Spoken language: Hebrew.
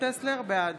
בעד